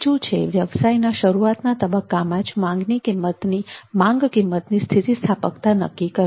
બીજું છે વ્યવસાયના શરૂઆતના તબક્કામાં જ માંગ કિંમતની સ્થિતિસ્થાપકતા નક્કી કરવી